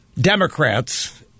Democrats